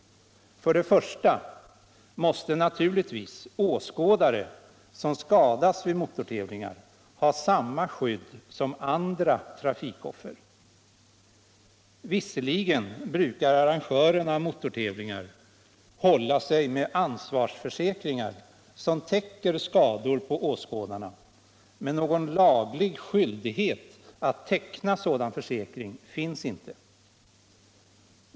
För det första måste naturligtvis åskådare som skadas vid motortävlingar ha samma skydd som andra trafikoffer. Visserligen brukar arrangörerna av motortävlingar hålla sig med ansvarsförsäkringar som täcker skador på åskådarna, men någon laglig skyldighet att teckna sådan försäkring finns inte.